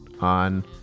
On